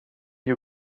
you